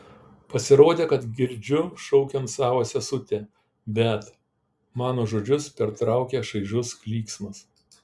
pasirodė kad girdžiu šaukiant savo sesutę bet mano žodžius pertraukia šaižus klyksmas